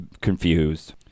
confused